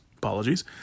apologies